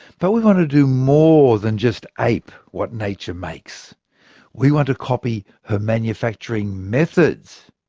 but we want to do more than just ape what nature makes we want to copy her manufacturing methods.